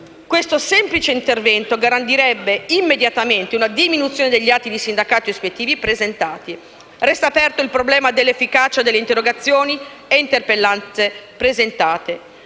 Questo semplice intervento garantirebbe immediatamente una diminuzione degli atti di sindacato ispettivo presentati. Resta aperto il problema dell'efficacia delle interrogazioni e interpellanze presentate.